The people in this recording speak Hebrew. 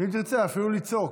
ואם תרצה אפילו לצעוק,